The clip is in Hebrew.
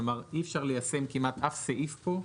כלומר אי-אפשר ליישם כמעט אף סעיף פה,